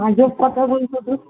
আজব কথা বলছো তো